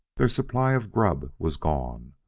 their supply of grub was gone.